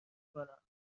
کنم